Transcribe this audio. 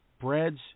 breads